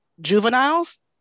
juveniles